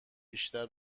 بیشتر